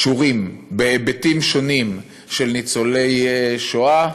שקשורים בהיבטים שונים של ניצולי שואה,